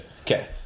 okay